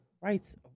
rights